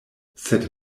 sed